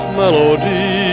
melody